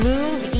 Move